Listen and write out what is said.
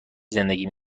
زندگی